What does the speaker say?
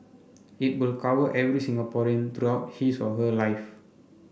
it will cover every Singaporean throughout his or her life